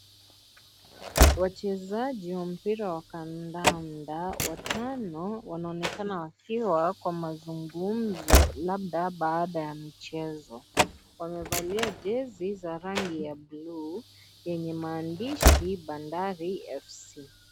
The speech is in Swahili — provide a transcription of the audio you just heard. Wachezaji, wa mpira wa kandanda, watano, wanaonekana wakiwa kwa mazungumzo labda baada ya mchezo. Wamevalia jezi za rangi ya bluu, yenye maandishi Bandari FC.